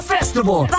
Festival